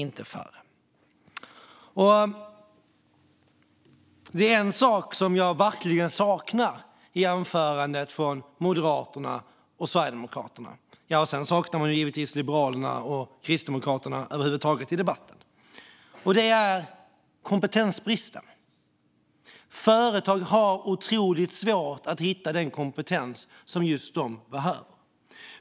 Något saknas i anförandena från Moderaterna och Sverigedemokraterna - samtidigt som Liberalerna och Kristdemokraterna saknas helt i debatten - och det är kompetensbristen. Många företag har otroligt svårt att hitta den kompetens de behöver.